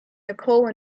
nicole